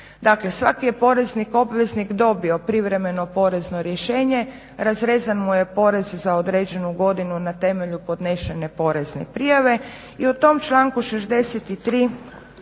Dakle, svaki je porezni obveznik dobio privremeno porezno rješenje, razrezan mu je porez za određenu godinu na temelju podnešene porezne prijave. I u tom članku 63.